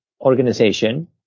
organization